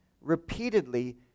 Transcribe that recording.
repeatedly